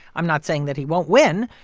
i'm not saying that he won't win,